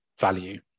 value